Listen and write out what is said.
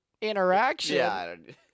interaction